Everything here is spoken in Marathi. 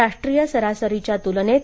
राष्ट्रीय सरासरीच्या तुलनेत